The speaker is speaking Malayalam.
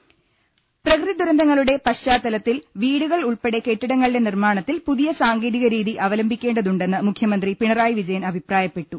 ദ പ്രകൃതി ദുരന്തങ്ങളുടെ പശ്ചാത്തലത്തിൽ വീടുകൾ ഉൾപ്പെടെ കെട്ടിടങ്ങളുടെ നിർമ്മാണത്തിൽ പുതിയ സാങ്കേതിക രീതി അവ ലംബിക്കേണ്ടതുണ്ടെന്ന് മുഖ്യമന്ത്രി പിണറായി വിജയൻ അഭിപ്രാ യപ്പെട്ടു